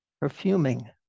perfuming